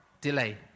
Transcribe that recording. Delay